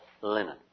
linen